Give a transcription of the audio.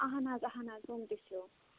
اَہَن حظ اَہَن حظ تِم تہِ چھَو